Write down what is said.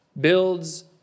builds